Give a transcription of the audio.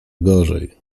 gorzej